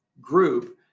group